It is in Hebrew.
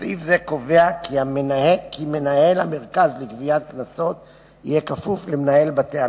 סעיף זה קובע כי מנהל המרכז לגביית קנסות יהיה כפוף למנהל בתי-המשפט.